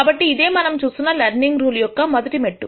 కాబట్టి ఇదే మనం చూస్తున్న లెర్నింగ్ యొక్క మొదటి మెట్టు